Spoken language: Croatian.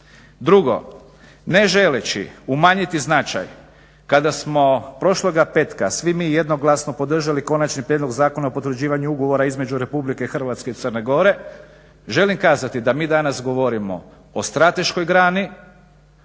Drugo, ne želeći umanjiti značaj kada smo prošloga petka svi mi jednoglasno podržali Konačni prijedlog Zakona o potvrđivanju ugovora između RH i Crne Gore želim kazati da mi danas govorimo o strateškoj grani,